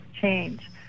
change